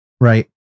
Right